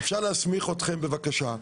אפשר להסמיך אתכם, בבקשה.